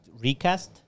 recast